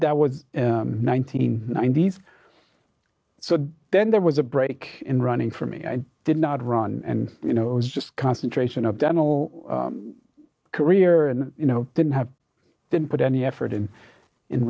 that was one nine hundred ninety s so then there was a break in running for me i did not run and you know it was just concentration of dental career and you know didn't have didn't put any effort in in